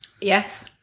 Yes